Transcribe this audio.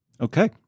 Okay